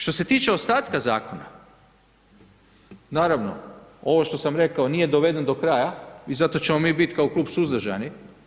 Što se tiče ostatka zakona, naravno, ovo što sam rekao, nije doveden do kraja i zato ćemo mi bit kao klub suzdržani.